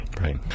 Right